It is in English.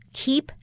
keep